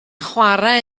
chwarae